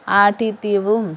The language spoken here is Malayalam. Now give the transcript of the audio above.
ആഡിത്യവും